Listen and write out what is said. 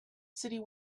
city